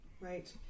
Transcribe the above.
Right